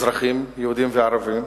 אזרחים יהודים וערבים,